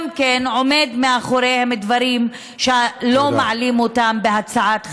עומדים מאחוריהם דברים שלא מעלים אותם בהצעת חקיקה.